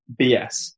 BS